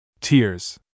tears